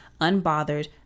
Unbothered